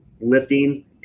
lifting